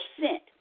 sent